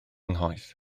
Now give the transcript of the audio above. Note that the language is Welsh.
nghoes